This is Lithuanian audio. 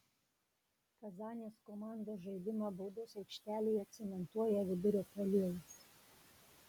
kazanės komandos žaidimą baudos aikštelėje cementuoja vidurio puolėjas